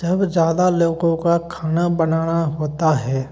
जब ज़्यादा लोगों का खाना बनाना होता है